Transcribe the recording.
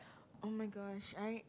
oh-my-gosh I